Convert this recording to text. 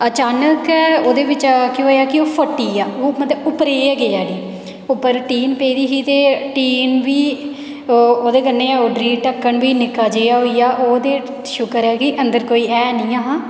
अचानक गै ओह्दे बिच्चा केह् होएया कि ओह् फटी गेआ ओह् मतलब उप्परै गी गै गेआ उठी उप्पर टीन पेदी ही ते टीन बी ओह्दे कन्नै उड्डरी ढक्कन बी निक्का जेहा होई गेआ ओह् ते शुक्र ऐ के अंदर कोई ऐ नीं ऐ हा